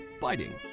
Biting